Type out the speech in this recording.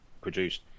produced